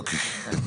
אוקיי.